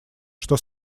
что